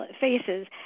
faces